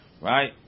Right